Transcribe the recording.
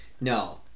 No